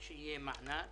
שיהיה מענק.